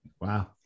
Wow